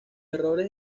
errores